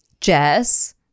jess